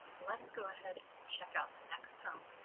let's go ahead and check out the next home.